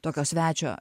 tokio svečio